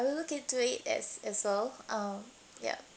I'll look into it as as well uh ya